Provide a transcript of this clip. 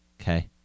Okay